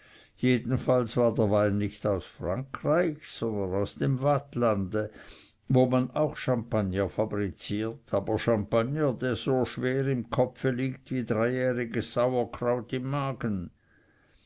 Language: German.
jedenfalls war der wein nicht aus frankreich sondern aus dem waadtlande wo man auch champagner fabriziert aber champagner der so schwer im kopfe liegt wie dreijähriges sauerkraut im magen